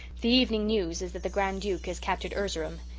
the evening news is that the grand duke has captured erzerum.